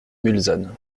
mulsanne